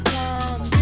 time